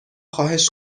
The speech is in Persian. خواهش